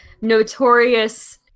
notorious